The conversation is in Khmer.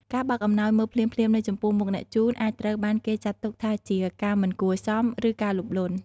ការបើកអំណោយមើលភ្លាមៗនៅចំពោះមុខអ្នកជូន អាចត្រូវបានគេចាត់ទុកថាជា ការមិនគួរសម ឬការលោភលន់។